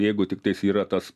jeigu tiktais yra tas